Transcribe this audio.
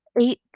eight